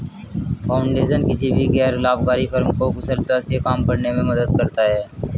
foundation किसी भी गैर लाभकारी फर्म को कुशलता से काम करने में मदद करता हैं